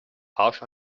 harsh